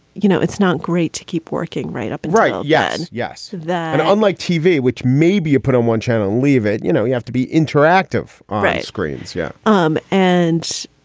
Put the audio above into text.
you know, it's not great to keep working right up and right yeah. yes. that unlike tv, which maybe you put on one channel, leave it. you know, you have to be interactive. all right. screens. yeah um and